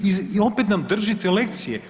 I opet nam držite lekcije.